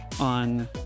on